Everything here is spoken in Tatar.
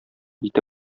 ите